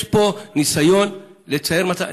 יש פה ניסיון לצייר מצב,